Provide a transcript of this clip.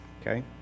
Okay